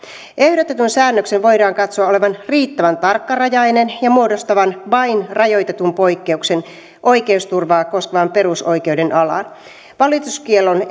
ehdotetun säännöksen voidaan katsoa olevan riittävän tarkkarajainen ja muodostavan vain rajoitetun poikkeuksen oikeusturvaa koskevan perusoikeuden alaan valituskiellon